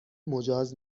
مجاز